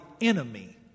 enemy